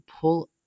pull